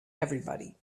everybody